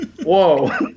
Whoa